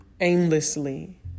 aimlessly